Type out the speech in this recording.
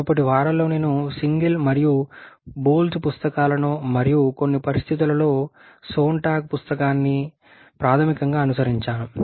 మునుపటి వారాల్లో నేను సెంగెల్ మరియు బోల్స్ పుస్తకాలను మరియు కొన్ని పరిస్థితులలో సోన్టాగ్ పుస్తకాన్ని ప్రాథమికంగా అనుసరించాను